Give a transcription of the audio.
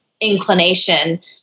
inclination